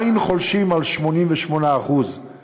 אך הם עדיין חולשים על כ-88% מהמשק,